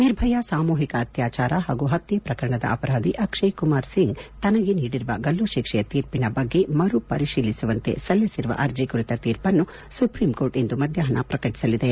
ನಿರ್ಭಯಾ ಸಾಮೂಹಿಕ ಅತ್ಯಾಚಾರ ಹಾಗೂ ಹತ್ಯೆ ಪ್ರಕರಣದ ಅಪರಾಧಿ ಅಕ್ವಯ್ ಕುಮಾರ್ ಸಿಂಗ್ ತನಗೆ ನೀಡಿರುವ ಗಲ್ಲು ಶಿಕ್ಷೆಯ ತೀರ್ಪಿನ ಬಗ್ಗೆ ಮರು ಪರಿಶೀಲಿಸುವಂತೆ ಸಲ್ಲಿಸಿರುವ ಅರ್ಜಿ ಕುರಿತ ತೀರ್ಪನ್ನು ಸುಪ್ರೀಂಕೋರ್ಟ್ ಇಂದು ಮಧ್ಯಾಹ್ನ ಪ್ರಕಟಿಸಲಿದೆ